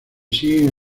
siguen